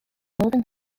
northern